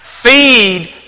Feed